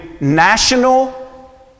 national